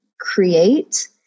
create